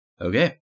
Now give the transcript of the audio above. okay